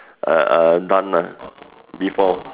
uh uh done lah before